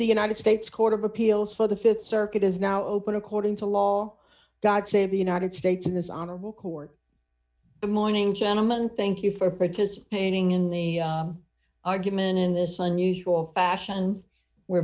the united states court of appeals for the th circuit is now open according to law god save the united states in this honorable court the morning gentleman thank you for participating in the argument in this unusual fashion we're